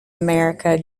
america